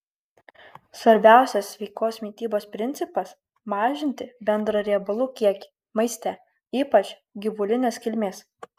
svarbiausias sveikos mitybos principas mažinti bendrą riebalų kiekį maiste ypač gyvulinės kilmės